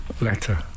letter